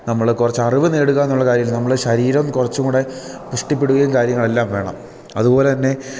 നമ്മൾ കുറച്ച് അറിവ് നേടുക എന്നുള്ള കാര്യം നമ്മൾ ശരീരം കുറച്ചും കൂടി പുഷ്ടിപ്പെടുകയും കാര്യങ്ങളെല്ലാം വേണം അതുപോലെ തന്നെ